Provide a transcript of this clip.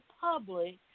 public